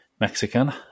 Mexican